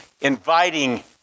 inviting